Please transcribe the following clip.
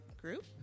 group